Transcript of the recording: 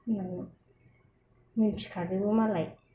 मिथिखाजोबो मालाय